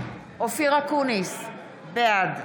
אופיר אקוניס, בעד